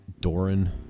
Doran